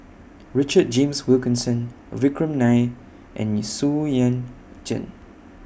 Richard James Wilkinson Vikram Nair and Xu Yuan Zhen